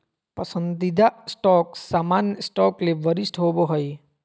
पसंदीदा स्टॉक सामान्य स्टॉक ले वरिष्ठ होबो हइ